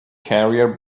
carrier